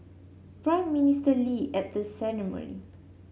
Prime Minister Lee at the ceremony